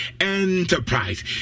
Enterprise